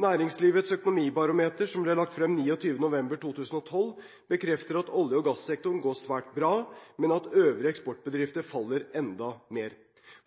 Næringslivets økonomibarometer som ble lagt frem 29. november 2012, bekrefter at olje- og gassektoren går svært bra, men at øvrige eksportbedrifter faller enda mer.